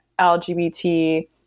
LGBT